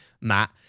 Matt